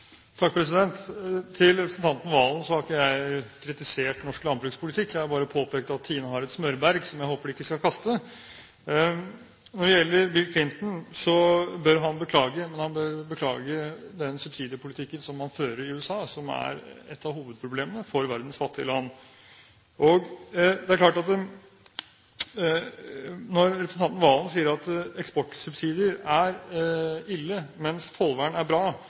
Til representanten Serigstad Valen: Jeg har ikke kritisert norsk landbrukspolitikk. Jeg har bare påpekt at TINE har et smørberg, som jeg håper de ikke skal kaste. Når det gjelder Bill Clinton, bør han beklage, men han bør beklage den subsidiepolitikken som man fører i USA, som er et av hovedproblemene for verdens fattige land. Når representanten Serigstad Valen sier at eksportsubsidier er ille, mens tollvern er bra,